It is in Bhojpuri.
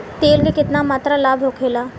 तेल के केतना मात्रा लाभ होखेला?